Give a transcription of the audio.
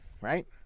right